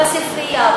בספרייה,